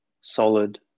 solid